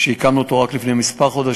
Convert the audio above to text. שהקמנו אותו רק לפני כמה חודשים.